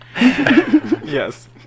yes